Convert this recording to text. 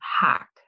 hack